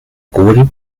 cubrir